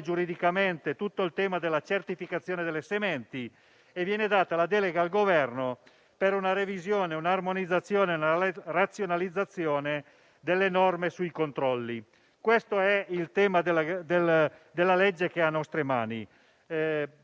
giuridicamente puntuale tutto il tema della certificazione delle sementi e viene data la delega al Governo per una revisione, un'armonizzazione e una razionalizzazione delle norme sui controlli. Questo è il tema del disegno di legge al nostro esame.